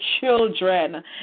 children